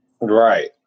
right